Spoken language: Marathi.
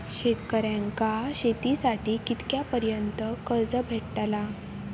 शेतकऱ्यांका शेतीसाठी कितक्या पर्यंत कर्ज भेटताला?